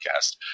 podcast